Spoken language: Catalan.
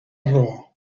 raó